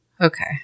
okay